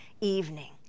evening